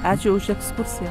ačiū už ekskursiją